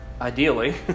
ideally